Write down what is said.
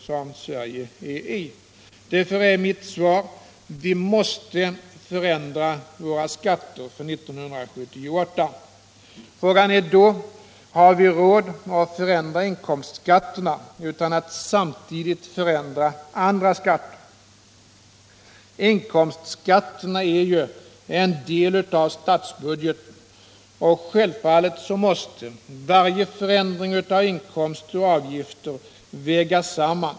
Mitt svar är alltså: Vi måste förändra våra skatter för 1978. Frågan är då: Har vi råd att förändra inkomstskatterna utan att samtidigt förändra andra skatter? Inkomstskatterna är ju en del av statsbudgeten, och självfallet måste varje förändring av inkomster och utgifter vägas samman.